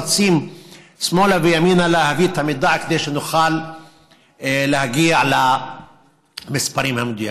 רצים שמאלה וימינה להביא את המידע כדי שנוכל להגיע למספרים המדויקים.